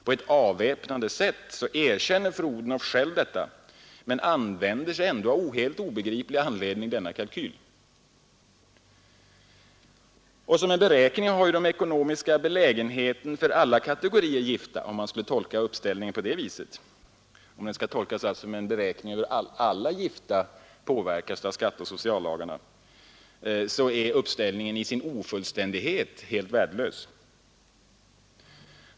På ett avväpnande sätt erkänner fru Odhnoff själv detta men använder ändå av obegriplig anledning denna kalkyl. Och som en uppställning av hur den ekonomiska belägenheten för alla kategorier gifta påverkas av skatteoch sociallagarna är den i sin ofullständighet totalt värdelös.